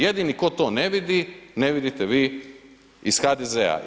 Jedini ko to ne vidi, ne vidite vi iz HDZ-a.